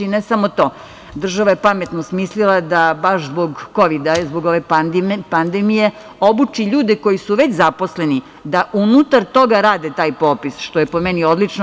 Ne samo to, država je baš pametno smislila da baš zbog kovida, zbog ove pandemije obuči ljude koji su već zaposleni da unutar toga rade taj popis, što je po meni odlično.